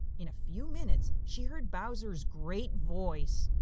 in a few minutes she heard bowser's great voice.